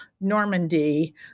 Normandy